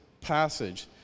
passage